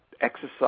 exercise